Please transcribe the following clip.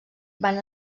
van